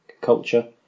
culture